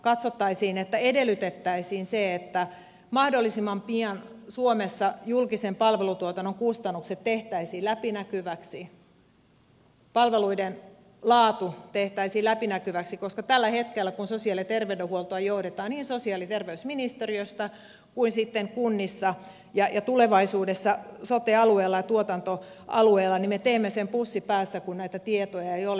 katsottaisiin että edellytettäisiin että mahdollisimman pian suomessa julkisen palvelutuotannon kustannukset tehtäisiin läpinäkyviksi palveluiden laatu tehtäisiin läpinäkyväksi koska tällä hetkellä kun sosiaali ja terveydenhuoltoa johdetaan niin sosiaali ja terveysministeriöstä kuin myös sitten kunnissa ja tulevaisuudessa sote alueella ja tuotantoalueella niin me teemme sen pussi päässä kun näitä tietoja ei ole